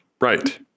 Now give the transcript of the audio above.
Right